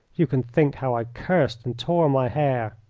you can think how i cursed and tore my hair.